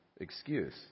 excuse